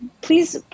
please